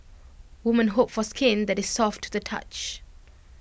woman hope for skin that is soft to the touch